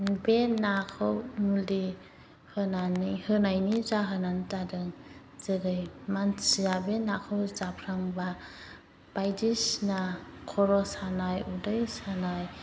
बे नाखौ मुलि होनायनि जाहोनानो जादों जेरै मानसिया बे नाखौ जाफ्लांबा बायदिसिना खर' सानाय उदै सानाय